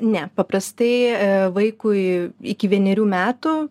ne paprastai vaikui iki vienerių metų